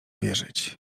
wierzyć